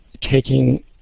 taking